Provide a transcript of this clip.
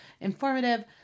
informative